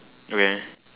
okay